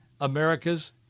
America's